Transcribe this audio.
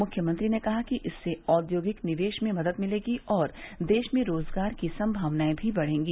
मुख्यमंत्री ने कहा कि इससे औद्योगिक निवेश में मद्द मिलेगी और देश में रोजगार की सम्मावनायें भी बढ़ेंगी